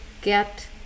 get